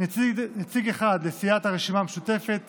נציג אחד לסיעת הרשימה המשותפת